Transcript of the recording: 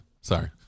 Sorry